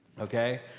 Okay